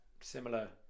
similar